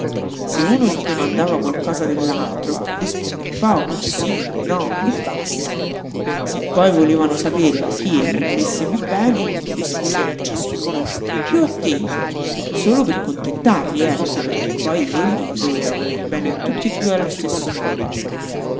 se uno gli domandava qualcosa dell'altro risponder poco un sí un no e basta se poi volevano sapere a chi egli volesse piú bene rispondere a ciascuno piú a te solo per contentarli ecco perché poi egli doveva voler bene a tutti e due allo stesso modo